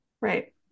Right